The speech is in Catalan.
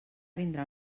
vindrà